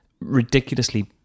ridiculously